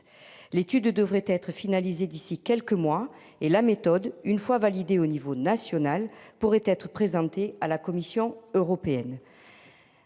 L'étude devrait être finalisé d'ici quelques mois et la méthode. Une fois validé au niveau national pourrait être présenté à la Commission européenne.